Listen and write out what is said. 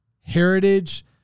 heritage